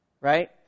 right